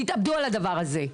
תתאבדו על הדבר הזה.